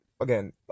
Again